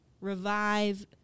revive